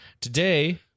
Today